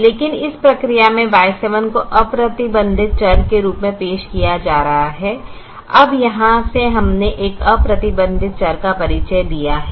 लेकिन इस प्रक्रिया में Y7 को अप्रतिबंधित चर के रूप में पेश किया जा रहा है अब यहाँ से हमने एक अप्रतिबंधित चर का परिचय दिया है